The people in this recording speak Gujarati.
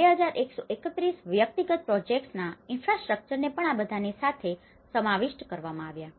2131 વ્યક્તિગત પ્રોજેક્ટ્સના ઇનફ્રાસ્ટ્રક્ચરને પણ આ બધાની સાથે સમાવિષ્ટ કરવામાં આવ્યા